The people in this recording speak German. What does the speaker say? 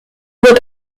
wird